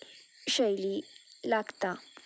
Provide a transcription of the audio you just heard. शैली लागता